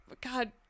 god